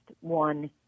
one